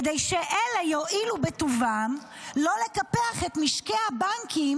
כדי שאלה יואילו בטובם לא לקפח את משקי הבנקים